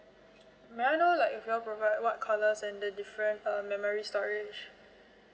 may I know like you all provide what colours and the different uh memory storage